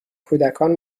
کودکان